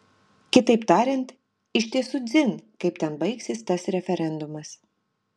kitaip tariant iš tiesų dzin kaip ten baigsis tas referendumas